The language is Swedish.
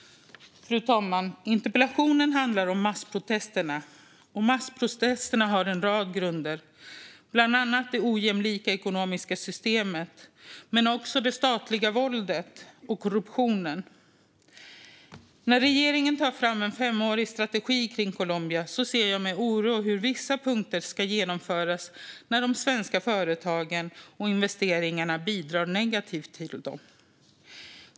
Fru talman! Interpellationen handlar om massprotesterna. Och massprotesterna har en rad grunder, bland annat det ojämlika ekonomiska systemet men också det statliga våldet och korruptionen. När regeringen tar fram en femårig strategi kring Colombia ser jag med oro hur vissa punkter ska genomföras när de svenska företagen och investeringarna bidrar negativt till detta.